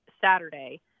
Saturday